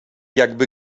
jakby